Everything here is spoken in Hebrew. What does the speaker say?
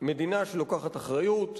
מדינה שלוקחת אחריות,